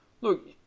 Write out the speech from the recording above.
look